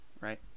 Right